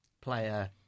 player